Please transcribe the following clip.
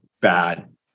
bad